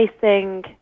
facing